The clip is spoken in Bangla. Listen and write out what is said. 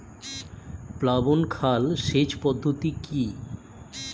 প্লাবন খাল সেচ পদ্ধতি কি?